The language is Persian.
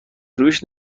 روش